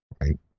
right